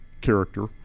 character